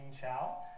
Chow